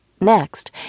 Next